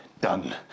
done